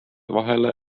vahele